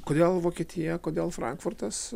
kodėl vokietija kodėl frankfurtas